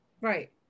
Right